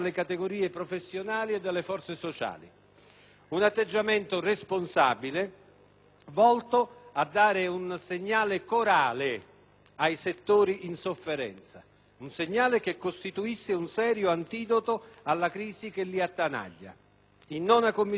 un atteggiamento responsabile, volto a inviare un segnale corale ai settori in sofferenza: un segnale che costituisse un serio antidoto alla crisi che li attanaglia. In 9a Commissione si è stabilito un buon clima,